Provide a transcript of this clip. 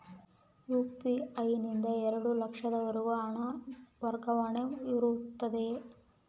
UPI ನಿಂದ ಎರಡು ಲಕ್ಷದವರೆಗೂ ಹಣ ವರ್ಗಾವಣೆ ಇರುತ್ತದೆಯೇ?